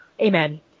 Amen